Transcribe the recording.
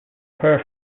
poor